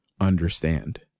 understand